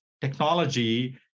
technology